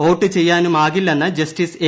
vote ചെയ്യാനുമാകില്ലെന്ന് justice A